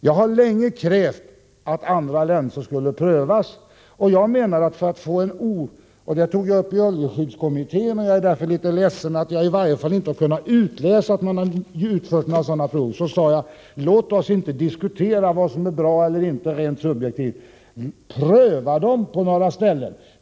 Jag har länge krävt att andra länsor skall prövas. Det tog jag upp i oljeskyddskommittén, och jag är därför litet ledsen att jag inte kunnat utläsa att det har utförts några sådana prov. I kommittén sade jag: Låt oss inte diskutera vad som är bra eller inte rent subjektivt, utan låt oss pröva länsor.